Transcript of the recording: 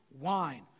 wine